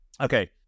okay